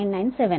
997